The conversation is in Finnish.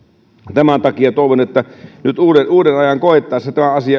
tämän takia toivon että nyt uuden uuden ajan koittaessa tämä